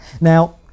Now